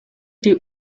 die